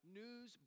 news